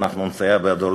ואנחנו נסייע בידו,